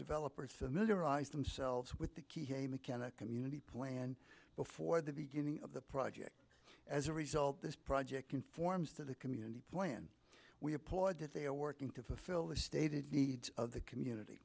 developers familiarize themselves with the key a mechanic community planned before the beginning of the project as a result this project conforms to the community plan we applaud that they are working to fulfill the stated needs of the community